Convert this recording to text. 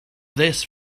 this